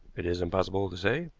it is impossible to say.